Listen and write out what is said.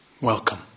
welcome